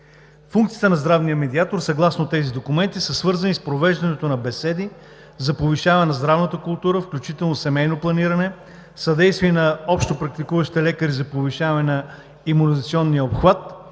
Функциите на здравния медиатор съгласно тези документи са свързани с провеждането на беседи за повишаване на здравната култура, включително семейно планиране, съдействие на общопрактикуващите лекари за повишаване на имунизационния обхват,